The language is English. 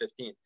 2015